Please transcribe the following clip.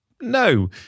No